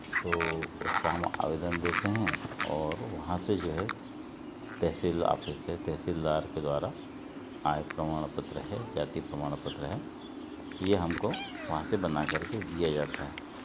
तो उसका हम आवेदन देते हैं और वहाँ से जो है तहसील ऑफ़िस से तहसीलदार के द्वारा आय प्रमाण पत्र है जाति प्रमाण पत्र है ये हमको वहाँ से बनाकर के दिया जाता है